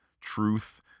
truth